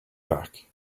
back